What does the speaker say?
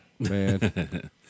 Man